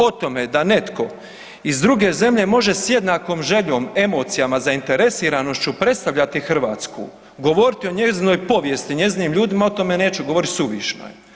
O tome da netko iz druge zemlje može s jednakom željom, emocijama, zainteresiranošću predstavljati Hrvatsku, govoriti o njezinoj povijesti, njezinim ljudima, o tome neću govoriti, suvišno je.